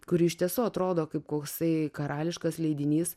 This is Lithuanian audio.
kuri iš tiesų atrodo kaip koksai karališkas leidinys